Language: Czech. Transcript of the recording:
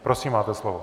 Prosím máte slovo.